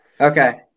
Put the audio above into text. Okay